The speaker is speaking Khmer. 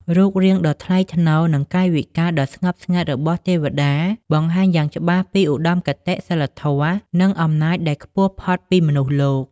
រូបរាងដ៏ថ្លៃថ្នូរ និងកាយវិការដ៏ស្ងប់ស្ងាត់ របស់ទេវតា បង្ហាញយ៉ាងច្បាស់ពីឧត្តមគតិសីលធម៌ និងអំណាចដែលខ្ពស់ផុតពីមនុស្សលោក។